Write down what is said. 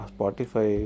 Spotify